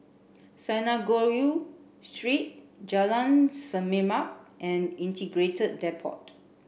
Synagogue Street Jalan Semerbak and Integrated Depot